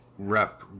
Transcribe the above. Rep